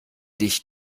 dich